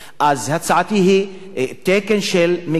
אז הצעתי היא תקן של מגשר,